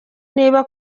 niba